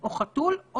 או חתול,